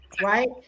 Right